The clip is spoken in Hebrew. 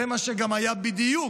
זה מה שגם היה בדיוק,